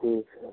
ठीक है